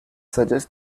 suggest